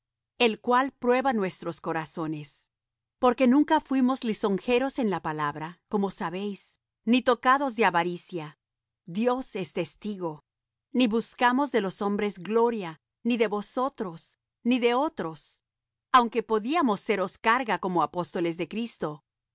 el cual prueba nuestros corazones porque nunca fuimos lisonjeros en la palabra como sabéis ni tocados de avaricia dios es testigo ni buscamos de los hombres gloria ni de vosotros ni de otros aunque podíamos seros carga como apóstoles de cristo